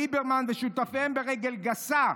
ליברמן ושותפיהם ברגל גסה.